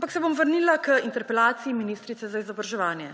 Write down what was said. Ampak se bom vrnila k interpelaciji ministrice za izobraževanje.